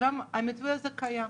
המתווה הזה קיים,